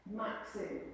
maxim